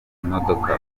imodoka